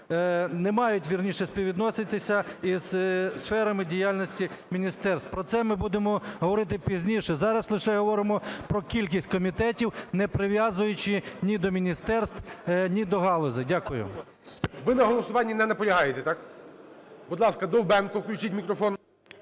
не мають, вірніше, співвідноситися із сферами діяльності міністерств. Про це ми будемо говорити пізніше, зараз лише говоримо про кількість комітетів, не прив'язуючи ні до міністерств, ні до галузі. Дякую. ГОЛОВУЮЧИЙ. Ви на голосуванні не наполягаєте, так? Будь ласка, Довбенко, включіть мікрофон.